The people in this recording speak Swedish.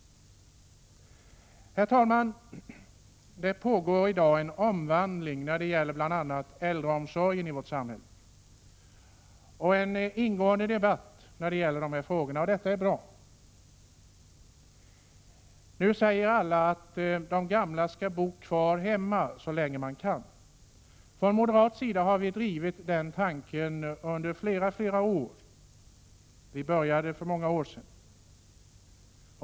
Herr talman! Det pågår i dag en omvandling av bl.a. äldreomsorgen i vårt samhälle. Det förs en ingående debatt i dessa frågor, och det är bra. Nu säger alla att de gamla skall bo kvar hemma så länge de kan. Från moderat sida har vi drivit den tanken under flera år. Vi började för många år sedan.